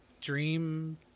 dream